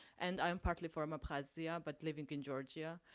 and i'm partly from abkhazia, but living in georgia.